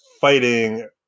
fighting